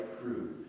crew